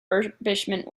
refurbishment